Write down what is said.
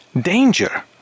danger